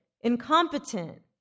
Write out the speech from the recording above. incompetent